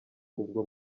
ubwo